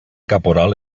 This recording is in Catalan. caporal